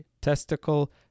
testicle